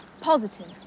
positive